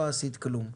לא עשית כלום.